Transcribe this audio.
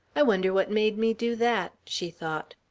i wonder what made me do that, she thought.